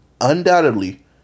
undoubtedly